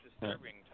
disturbing